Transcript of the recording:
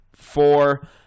Four